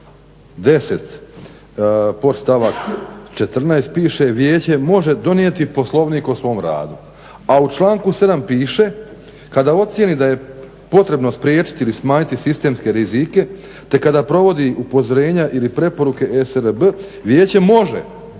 10.podstavak 14 piše vijeće može donijeti Poslovnik o svom radu, a u članku 7.piše kada ocijeni da je potrebno spriječiti ili smanjiti sistemske rizike te kada provodi upozorenja ili preporuke esrb Vijeće može a ne mora